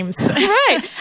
Right